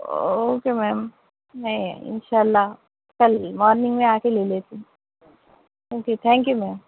okay ma'am نہیں انشاء اللہ کل مارننگ میں آ کے لے لیتی ہوں اوکے تھینک یو میم